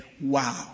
wow